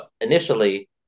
Initially